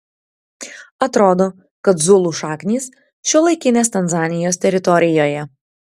atrodo kad zulų šaknys šiuolaikinės tanzanijos teritorijoje